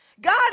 God